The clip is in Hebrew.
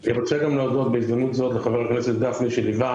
אני רוצה להודות בהזדמנות זו לחבר הכנסת גפני שליווה